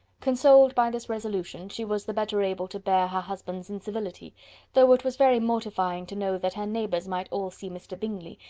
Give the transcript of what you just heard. consoled by this resolution, she was the better able to bear her husband's incivility though it was very mortifying to know that her neighbours might all see mr. bingley,